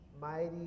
Mighty